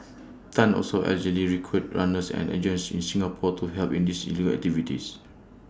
Tan also allegedly recruited runners and agents in Singapore to help in these illegal activities